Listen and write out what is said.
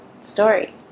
story